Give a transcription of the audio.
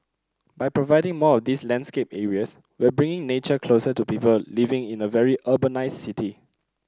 by providing more of these landscape areas we're bringing nature closer to people living in a very urbanised city